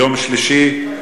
יום שלישי,